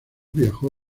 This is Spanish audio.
viajó